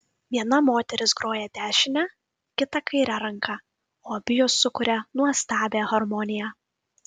viena moteris groja dešine kita kaire ranka o abi jos sukuria nuostabią harmoniją